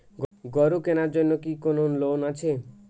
গরু কেনার জন্য কি কোন লোন আছে?